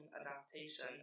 adaptation